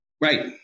Right